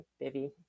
bivy